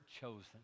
chosen